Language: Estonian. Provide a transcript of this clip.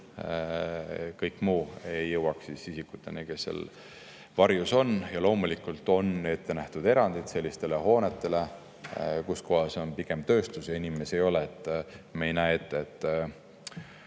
kõik muu ei tohi jõuda isikuteni, kes seal varjus on. Loomulikult on ette nähtud erandid sellistele hoonetele, kus asub pigem tööstus ja inimesi ei ole. Me ei näe ette, et